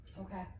Okay